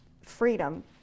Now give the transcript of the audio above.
freedom